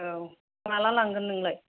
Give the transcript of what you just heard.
औ माला लांगोन नोंलाय